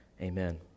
Amen